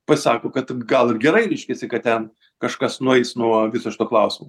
pasako kad gal ir gerai reiškiasi kad ten kažkas nueis nuo viso šito klausimo